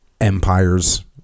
empires